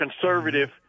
conservative